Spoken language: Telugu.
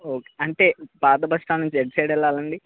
ఓకే అంటే పాత బస్టాండ్ నుంచి ఎటు సైడ్ వెళ్ళాలండి